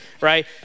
right